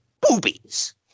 boobies